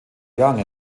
young